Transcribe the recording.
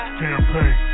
campaign